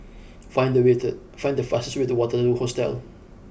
find the way to find the fastest way to Waterloo Hostel